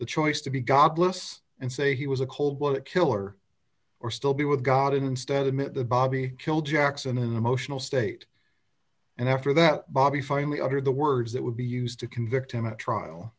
the choice to be godless and say he was a cold blooded killer or still be with god instead of the bobby killed jackson in an emotional state and after that bobby finally uttered the words that would be used to convict him a trial